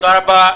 תודה רבה.